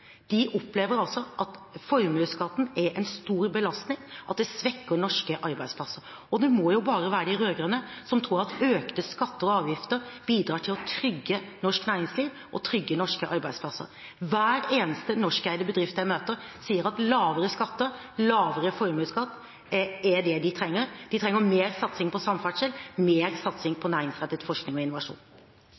De opplever at formuesskatten er en stor belastning, at det svekker norske arbeidsplasser. Det må jo bare være de rød-grønne som tror at økte skatter og avgifter bidrar til å trygge norsk næringsliv og norske arbeidsplasser. Hver eneste norskeide bedrift jeg møter, sier at lavere skatter, lavere formuesskatt, er det de trenger. De trenger mer satsing på samferdsel, mer satsing på næringsrettet forskning og innovasjon.